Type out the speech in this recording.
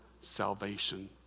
salvation